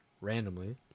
randomly